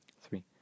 three